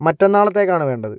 മറ്റന്നാളത്തേക്കാണ് വേണ്ടത്